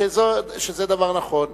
שזה דבר נכון.